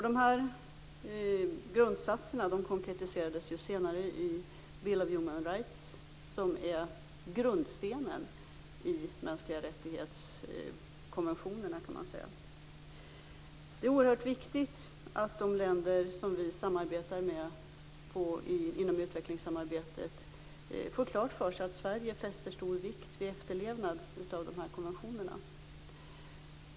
Dessa grundsatser konkretiserades senare i Bill of Human Rights, som är grundstenen i mänskliga rättighetskonventionerna. Det är oerhört viktigt att de länder som vi samarbetar med inom utvecklingssamarbetet får klart för sig att Sverige fäster stor vikt vid efterlevnad av dessa konventioner.